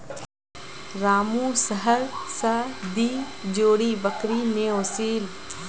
रामू शहर स दी जोड़ी बकरी ने ओसील